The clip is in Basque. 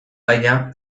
baina